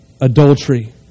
Adultery